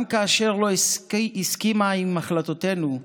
גם כאשר לא הסכימה להחלטותינו,